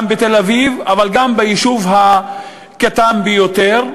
גם בתל-אביב אבל גם ביישוב הקטן ביותר,